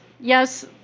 Yes